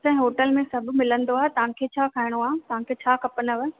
असांजे होटल में सभु मिलंदो आहे तव्हांखे छा खाइणो आहे तव्हांखे छा खपंदव